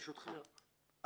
ברשותך,